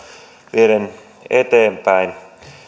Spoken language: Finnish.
vieden eteenpäin